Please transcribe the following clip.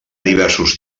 diversos